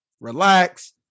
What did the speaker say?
relax